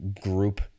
group